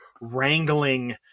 wrangling